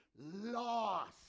Lost